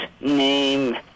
name